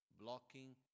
blocking